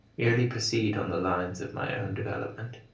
merely proceed on the lines of my own development,